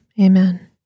Amen